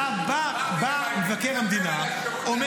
בא מבקר המדינה -- אין לו מה להגיד.